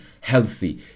healthy